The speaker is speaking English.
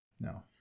no